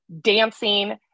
dancing